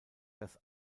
das